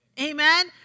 Amen